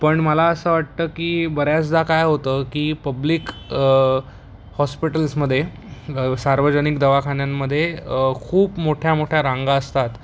पण मला असं वाटतं की बऱ्याचदा काय होतं की पब्लिक हॉस्पिटल्समध्ये सार्वजनिक दवाखान्यांमध्ये खूप मोठ्या मोठ्या रांगा असतात